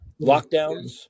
Lockdowns